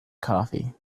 coffee